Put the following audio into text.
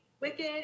Wicked